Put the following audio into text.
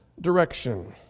direction